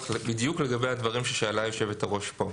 בדיוק לגבי הדברים ששאלה היושבת-ראש פה: